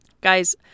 Guys